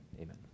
amen